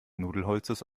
nudelholzes